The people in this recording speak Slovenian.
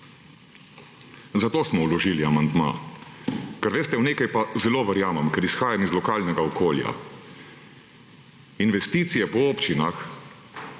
Zato smo vložili amandma. Ker, veste, v nekaj pa zelo verjamem, ker izhajam iz lokalnega okolja. Investicije po občinah,